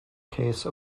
case